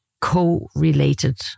co-related